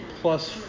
plus